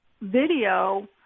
video